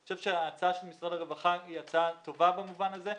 אני חושב שההצעה של משרד הרווחה היא הצעה טובה במובן הזה,